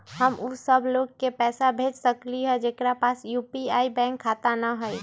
हम उ सब लोग के पैसा भेज सकली ह जेकरा पास यू.पी.आई बैंक खाता न हई?